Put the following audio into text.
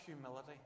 humility